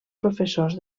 professors